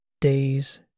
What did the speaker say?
Days